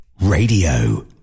Radio